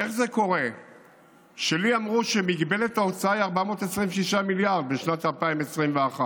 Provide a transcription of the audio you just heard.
איך זה קורה שלי אמרו שמגבלת ההוצאה היא 426 מיליארד בשנת 2021,